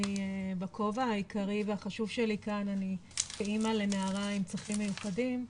אני בכובע בעיקרי והחשוב שלי כאן אני אימא לנערה עם צרכים מיוחדים,